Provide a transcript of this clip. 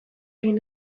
egin